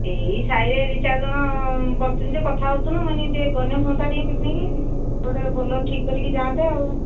ଏଇ ସାହିରେ ଦୁଇ ଚାରି ଜଣ ବସିଛନ୍ତି ଯେ କଥା ହେଉଥିଲୁ ମୁଁ ନିଜେ ଗଲେ ହୁଅନ୍ତା ଟିକେ ପିକନିକ ଗୋଟେ ବୋଲେରୋ ଠିକ୍ କରି ଯଆନ୍ତେ ଆଉ